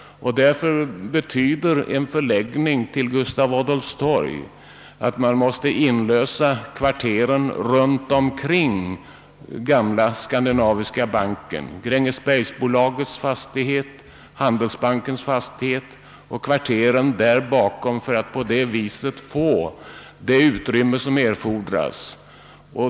En förläggning till Gustav Adolfs torg betyder därför att man måste inlösa kvarteren runt omkring Skandinaviska bankens gamla fastighet, bl.a. Grängesbergsbolagets och Handelsbankens fastigheter, för att på det sättet få det utrymme som erfordras.